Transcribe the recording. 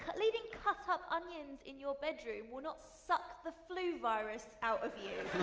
but leaving cut-up onions in your bedroom will not suck the flu virus out of you.